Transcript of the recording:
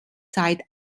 zeit